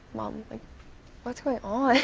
mom, like what's going on?